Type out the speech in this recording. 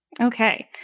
Okay